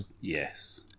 yes